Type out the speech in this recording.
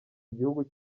igihugu